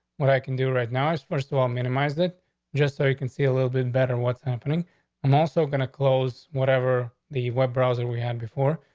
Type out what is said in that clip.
what i can do right now is first of all, minimize it just so you can see a little bit better what's happening and also gonna close. whatever the web browser we have before,